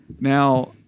Now